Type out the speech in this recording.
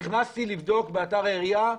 נכנסתי לבדוק באתר העירייה.